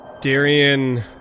Darian